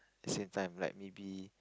as in like maybe